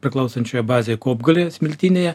priklausančioje bazėje kopgalyje smiltynėje